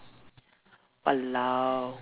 !wahlao!